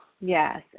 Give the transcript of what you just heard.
Yes